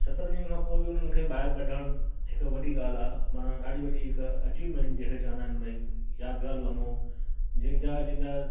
सतरनि ॾींहंनि खां पोइ बि हुननि खे ॿाहिरि कढणु हिकु वॾी ॻाल्हि आहे माना ॾाढी वॾी हिकु अचीवमेंट जंहिंखे चवंदा आहिनि भाई यादगार लम्हो जंहिंजा जंहिंजा